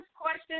question